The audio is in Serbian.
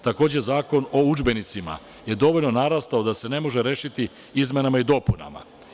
Takođe, Zakon o udžbenicima je dovoljno narastao da se ne može rešiti izmenama i dopunama.